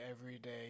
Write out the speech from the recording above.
everyday